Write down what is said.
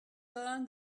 learn